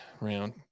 round